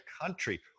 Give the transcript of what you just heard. country